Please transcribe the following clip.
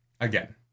again